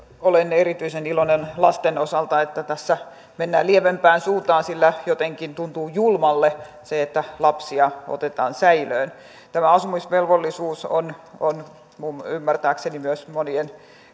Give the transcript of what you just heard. olen erityisen iloinen lasten osalta että tässä mennään lievempään suuntaan sillä jotenkin tuntuu julmalle se että lapsia otetaan säilöön tämä asumisvelvollisuus on on minun ymmärtääkseni myös monien